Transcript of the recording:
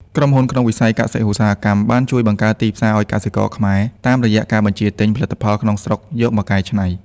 ក្រុមហ៊ុនក្នុងវិស័យ កសិ-ឧស្សាហកម្ម បានជួយបង្កើតទីផ្សារឱ្យកសិករខ្មែរ តាមរយៈការបញ្ជាទិញផលិតផលក្នុងស្រុកយកមកកែច្នៃ។